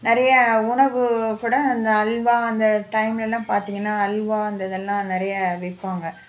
நிறைய உணவு கூட இந்த அல்வா அந்த டைமில் எல்லாம் பார்த்தீங்கன்னா அல்வா அந்த இதெல்லாம் நிறைய விற்பாங்க